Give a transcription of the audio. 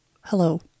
Hello